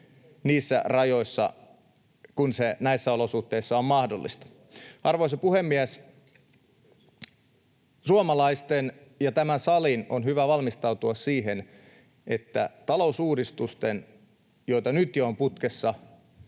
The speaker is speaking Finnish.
niissä rajoissa kuin se näissä olosuhteissa on mahdollista. Arvoisa puhemies! Suomalaisten ja tämän salin on hyvä valmistautua siihen, että niiden talousuudistusten lisäksi, joita jo nyt on putkessa,